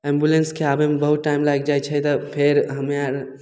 एम्बुलेन्सके आबैमे बहुत टाइम लागि जाइ छै तऽ फेर हमे आर